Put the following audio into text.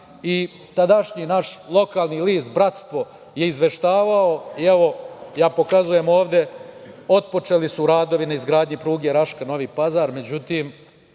Tadašnji naš lokalni list „Bratstvo“ je izveštavao i, evo, ja pokazujem ovde otpočeli su radovi na izgradnji pruge Raška – Novi Pazar. Međutim,